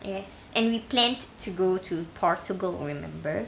yes and we planned to go to portugal remember